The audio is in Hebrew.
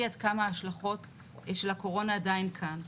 עד כמה ההשלכות של הקורונה עדיין כאן.